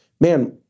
man